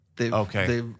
Okay